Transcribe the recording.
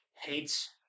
hates